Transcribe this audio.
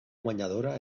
guanyadora